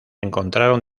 encontraron